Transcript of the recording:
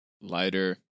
lighter